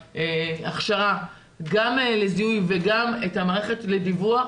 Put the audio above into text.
ההכשרה גם לזיהוי וגם את המערכת לדיווח,